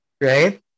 Right